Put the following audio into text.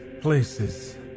places